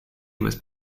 was